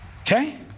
Okay